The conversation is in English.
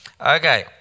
Okay